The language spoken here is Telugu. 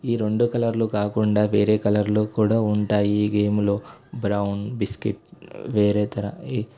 ఈ రెండు కలర్లు కాకుండా వేరే కలర్లు కూడా ఉంటాయి ఈ గేమ్లో బ్రౌన్ బిస్కెట్ వేరే తర